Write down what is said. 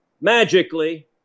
magically